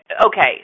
Okay